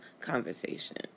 conversation